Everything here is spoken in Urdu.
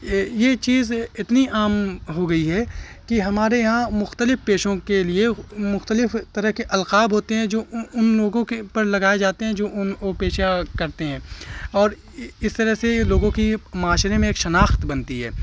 یہ یہ چیز اتنی عام ہو گئی ہے کہ ہمارے یہاں مختلف پیشوں کے لیے مختلف طرح کے القاب ہوتے ہیں جو ان لوگوں کے پر لگائے جاتے ہیں جو ان وہ پیشہ کرتے ہیں اور اس طرح سے یہ لوگوں کی معاشرے میں ایک شناخت بنتی ہے